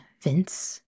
Vince